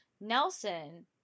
Nelson